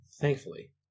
Thankfully